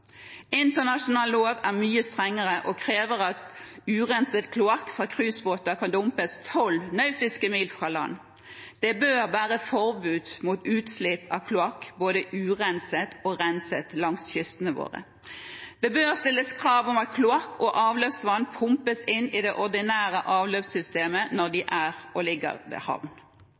Internasjonal lov er mye strengere og krever at urenset kloakk fra cruisebåter kan dumpes 12 nautiske mil fra land. Det bør være forbud mot utslipp av kloakk, både urenset og renset, langs kysten vår. Det bør også stilles krav om at kloakk og avløpsvann pumpes inn i det ordinære avløpssystemet når båtene ligger ved havn.